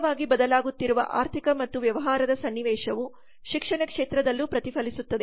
ವೇಗವಾಗಿ ಬದಲಾಗುತ್ತಿರುವ ಆರ್ಥಿಕ ಮತ್ತು ವ್ಯವಹಾರದ ಸನ್ನಿವೇಶವು ಶಿಕ್ಷಣ ಕ್ಷೇತ್ರದಲ್ಲೂ ಪ್ರತಿಫಲಿಸುತ್ತದೆ